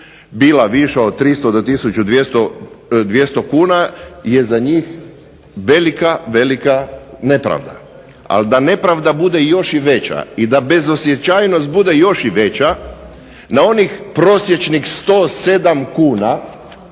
bila viša od 300 do 1200 kuna je za njih velika, velika nepravda. A da nepravda bude još i veća i da bezosjećajnost bude još i veća na onih prosječnih 107 kuna